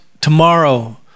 tomorrow